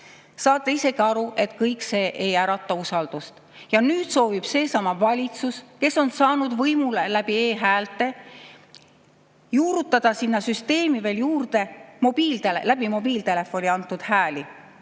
Saate isegi aru, et kõik see ei ärata usaldust. Nüüd soovib seesama valitsus, kes on saanud võimule e‑häälte toel, juurutada sinna süsteemi veel mobiiltelefoniga antud hääli.